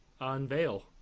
unveil